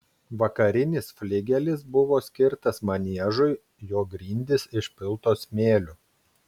vakarinis fligelis buvo skirtas maniežui jo grindys išpiltos smėliu